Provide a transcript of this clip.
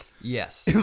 Yes